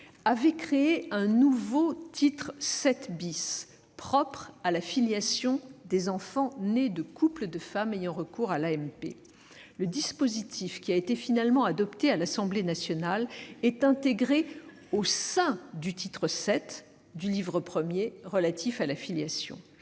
avait créé un nouveau titre VII propre à la filiation des enfants nés de couples de femmes ayant recours à l'AMP, le dispositif finalement adopté à l'Assemblée nationale est intégré au sein du titre VII du livre I du code civil relatif à la filiation.